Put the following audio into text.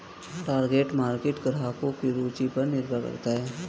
target market ग्राहकों की रूचि पर निर्भर करता है